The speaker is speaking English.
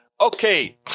okay